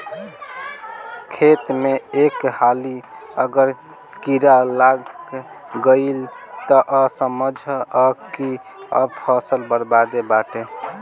खेत में एक हाली अगर कीड़ा लाग गईल तअ समझअ की सब फसल बरबादे बाटे